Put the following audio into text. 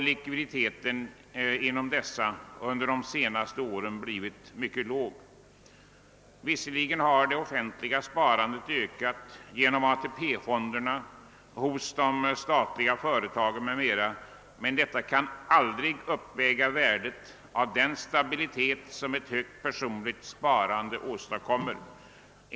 Likviditeten i dessa företag har under de senaste åren blivit mycket låg. Visserligen har det offentliga sparandet ökat genom AP-fonderna och inom bl.a. de statliga företagen, men detta kan aldrig uppväga värdet av den stabilitet som ett högt personligt sparande åstadkommer.